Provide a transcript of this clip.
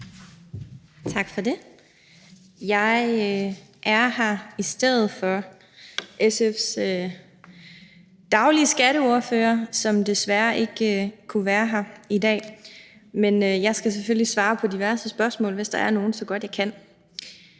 Tak for det. Jeg er her i stedet for SF's sædvanlige skatteordfører, som desværre ikke kunne være her i dag, men jeg skal selvfølgelig svare på diverse spørgsmål, så godt jeg kan,